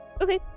Okay